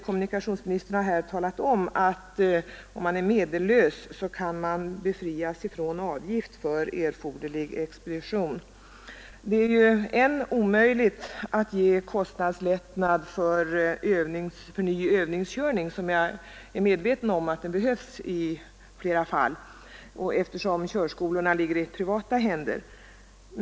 Kommunikationsministern har här talat om, att om man är medellös kan man befrias från avgift för erforderlig expedition. Det är ju ännu omöjligt att ge kostnadslättnad för ny övningskörning, som jag är medveten om behövs i flera fall, eftersom körskolorna ligger i privata händer.